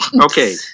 Okay